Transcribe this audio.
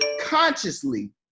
consciously